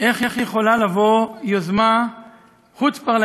איך יכולה לבוא יוזמה חוץ-פרלמנטרית,